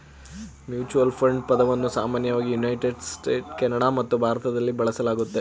mutual fund ಪದವನ್ನ ಸಾಮಾನ್ಯವಾಗಿ United States, Canada ಮತ್ತು ಭಾರತದಲ್ಲಿ ಬಳಸಲಾಗುತ್ತೆ